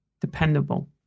dependable